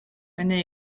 ene